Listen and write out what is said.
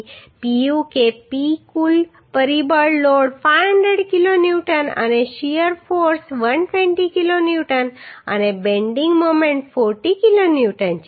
તેથી પુ કે P કુલ પરિબળ લોડ 500 કિલો ન્યૂટન અને શીયર ફોર્સ 120 કિલો ન્યૂટન અને બેન્ડિંગ મોમેન્ટ 40 કિલો ન્યૂટન છે